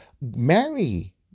marry